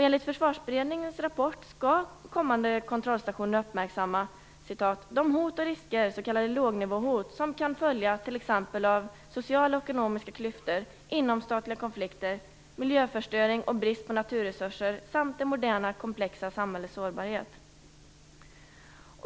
Enligt Försvarsberedningens rapport skall man i de kommande kontrollstationerna uppmärksamma de hot och risker, s.k. lågnivåhot, som kan följa t.ex. av sociala och ekonomiska klyftor, inomstatliga konflikter, miljöförstöring och brist på naturresurser samt det moderna komplexa samhällets sårbarhet.